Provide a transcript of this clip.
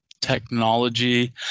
technology